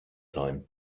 time